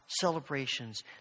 celebrations